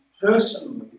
personally